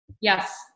yes